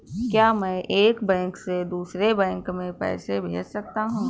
क्या मैं एक बैंक से दूसरे बैंक में पैसे भेज सकता हूँ?